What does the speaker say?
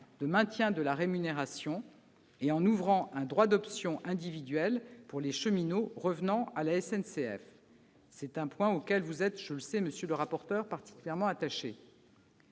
au maintien de la rémunération, et vous avez ouvert un droit d'option individuel pour les cheminots revenant à la SNCF. C'est un point auquel je sais que vous êtes, monsieur le rapporteur, particulièrement attaché.